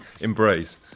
embrace